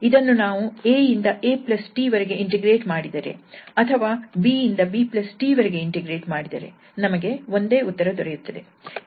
ಇದನ್ನು ನಾವು 𝑎 ಇಂದ 𝑎 𝑇 ವರೆಗೆ ಇಂಟಿಗ್ರೇಟ್ ಮಾಡಿದರೆ ಅಥವಾ b ಇಂದ b 𝑇 ವರೆಗೆ ಇಂಟಿಗ್ರೇಟ್ ಮಾಡಿದರೆ ನಮಗೆ ಒಂದೇ ಉತ್ತರ ದೊರೆಯುತ್ತದೆ